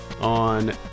on